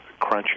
crunchy